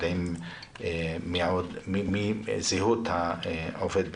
אנחנו עוד לא יודעים את זהות העובד.